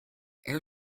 air